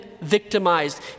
victimized